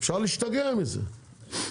אפשר להשתגע מזה.